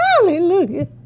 Hallelujah